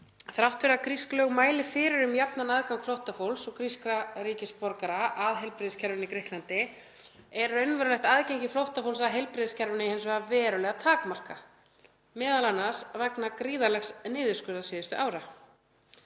„Þrátt fyrir að grísk lög mæli fyrir um jafnan aðgang flóttafólks og grískra ríkisborgara að heilbrigðiskerfinu í Grikklandi er raunverulegt aðgengi flóttafólks að heilbrigðiskerfinu hins vegar verulega takmarkað, m.a. vegna gríðarlegs niðurskurðar síðustu ára.